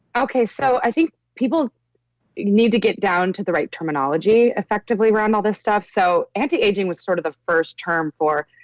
so i think people need to get down to the right terminology effectively around all this stuff. so anti-aging was sort of the first term for,